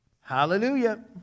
Hallelujah